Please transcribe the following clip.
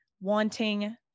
wanting